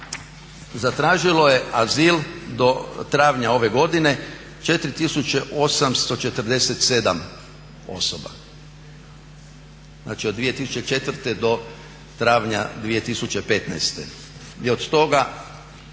zatražilo je azil do travnja ove godine 4 847 osoba. Znači od 2004.do travnja 2015.i od toga